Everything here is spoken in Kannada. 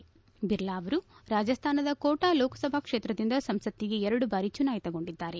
ಐರ್ಲಾ ಅವರು ರಾಜಸ್ಲಾನದ ಕೋಟ ಲೋಕಸಭಾ ಕ್ಷೇತ್ರದಿಂದ ಸಂಸತ್ತಿಗೆ ಎರಡು ಬಾರಿ ಚುನಾಯಿತಗೊಂಡಿದ್ದಾರೆ